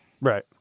Right